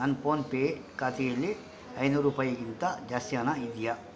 ನನ್ನ ಫೋನ್ಪೇ ಖಾತೆಯಲ್ಲಿ ಐನೂರು ರೂಪಾಯಿಗಿಂತ ಜಾಸ್ತಿ ಹಣ ಇದೆಯಾ